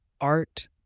art